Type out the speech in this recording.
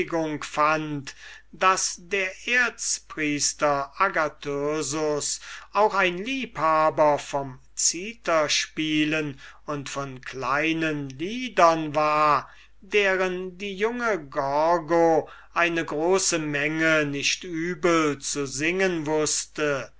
fand daß der erzpriester agathyrsus auch ein liebhaber vom zitherspielen und von kleinen liedern war deren die junge gorgo eine große menge nicht übel zu singen wußte